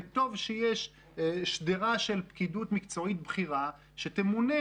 וטוב שיש שדרה של פקידות מקצועית בכירה שתמונה